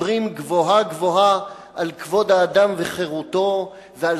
מדברים גבוהה-גבוהה על כבוד האדם וחירותו ועל